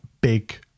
big